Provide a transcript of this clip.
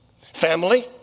Family